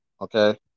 okay